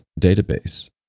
database